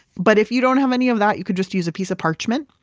but if you don't have any of that, you could just use a piece of parchment.